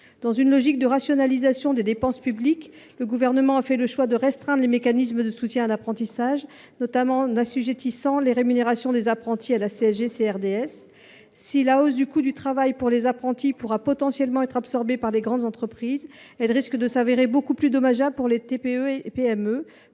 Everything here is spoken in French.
Dans une logique de rationalisation des dépenses publiques, le Gouvernement a fait le choix de restreindre les mécanismes de soutien à l’apprentissage, notamment en assujettissant les rémunérations des apprentis à la CSG CRDS. La hausse du coût du travail des apprentis pourra potentiellement être absorbée par les grandes entreprises, mais elle risque de se révéler beaucoup plus dommageable pour les TPE et les